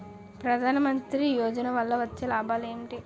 ప్రధాన మంత్రి యోజన వల్ల వచ్చే లాభాలు ఎంటి?